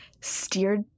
steered